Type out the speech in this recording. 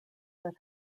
that